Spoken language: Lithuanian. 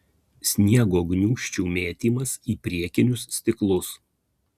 sniego gniūžčių mėtymas į priekinius stiklus